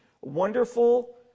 wonderful